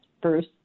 Bruce